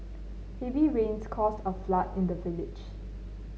heavy rains caused a flood in the village